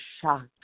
shocked